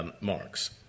marks